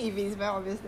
I think he know lor